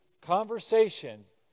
conversations